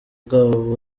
bwabo